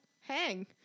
hang